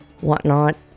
whatnot